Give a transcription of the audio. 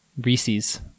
Reese's